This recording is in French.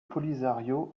polisario